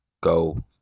Go